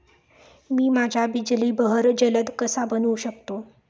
मी माझ्या बिजली बहर जलद कसा बनवू शकतो?